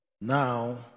Now